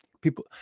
people